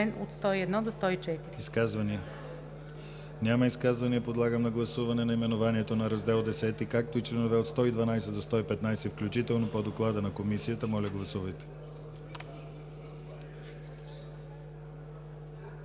ГЛАВЧЕВ: Изказвания? Няма изказвания. Подлагам на гласуване наименованието на Раздел X, както и членове от 112 до 115 включително по доклада на Комисията. Гласували